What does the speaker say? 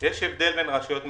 יש הבדל בין רשויות מקומיות.